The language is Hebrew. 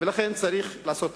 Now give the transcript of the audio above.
ולכן, צריך לעשות הבחנה.